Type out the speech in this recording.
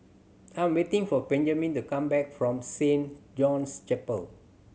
I am waiting for Benjman to come back from Saint John's Chapel